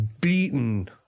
beaten